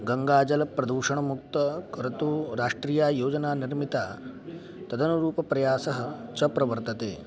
गङ्गाजलप्रदूषणमुक्तः कर्तुं राष्ट्रीययोजना निर्मिता तदनुरूपप्रयासः च प्रवर्तते